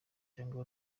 cyangwa